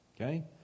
Okay